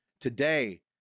Today